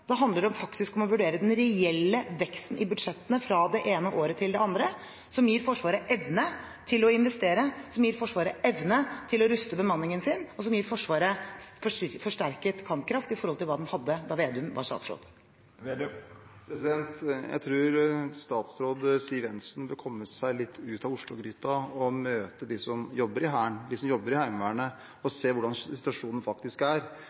da handler det om faktisk å vurdere den reelle veksten i budsjettene fra det ene året til det andre – som gir Forsvaret evne til å investere, som gir Forsvaret evne til å ruste bemanningen sin, og som gir Forsvaret forsterket kampkraft i forhold til hva man hadde da Trygve Slagsvold Vedum var statsråd. Jeg tror statsråd Siv Jensen bør komme seg litt ut av Oslo-gryta og møte dem som jobber i Hæren, dem som jobber i Heimevernet, og se hvordan situasjonen faktisk er